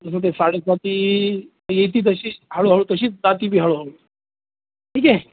तसं ते साडेसाती येते तशीच हळूहळू तशीच जाते ही हळूहळू ठीक आहे